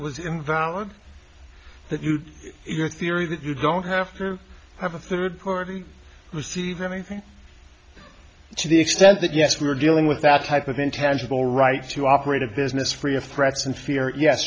was invalid that you your theory that you don't have to have a third party receive anything to the extent that yes we're dealing with that type of intangible right to operate a business free of threats and